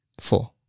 Four. (